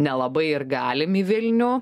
nelabai ir galim į vilnių